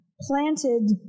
planted